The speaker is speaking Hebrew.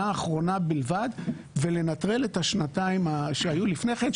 האחרונה בלבד ולנטרל את השנתיים שהיו לפני כן,